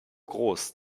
groß